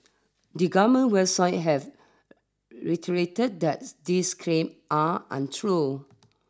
the government website have reiterated that these claim are untrue